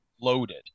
loaded